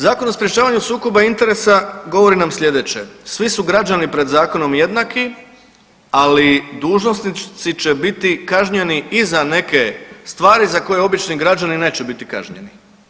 Zakon o sprječavanju sukoba interesa govori nam sljedeće, svi su građani pred zakonom jednaki, ali dužnosnici će biti kažnjeni i za neke stvari za koje obični građani neće biti kažnjeni.